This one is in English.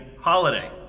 holiday